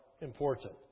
important